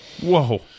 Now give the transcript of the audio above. Whoa